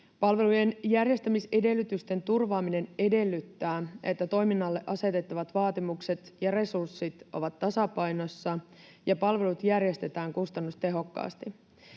Palvelujen järjestämisedellytysten turvaaminen edellyttää, että toiminnalle asetettavat vaatimukset ja resurssit ovat tasapainossa ja palvelut järjestetään kustannustehokkaasti.